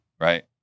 Right